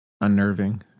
unnerving